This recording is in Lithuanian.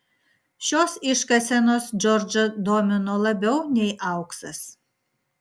šios iškasenos džordžą domino labiau nei auksas